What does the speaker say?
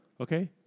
Okay